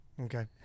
okay